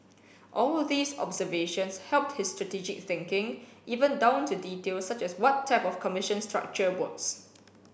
all these observations helped his strategic thinking even down to details such as what type of commission structure works